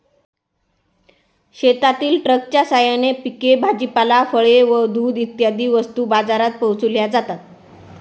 शेतातील ट्रकच्या साहाय्याने पिके, भाजीपाला, फळे व दूध इत्यादी वस्तू बाजारात पोहोचविल्या जातात